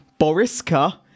Boriska